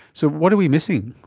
so what are we missing?